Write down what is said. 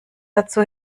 dazu